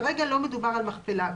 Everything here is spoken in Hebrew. כרגע לא מדובר על מכפלה.